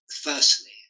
firstly